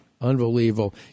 Unbelievable